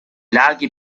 laghi